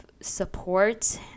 support